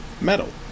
metal